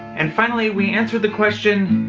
and finally, we answered the question,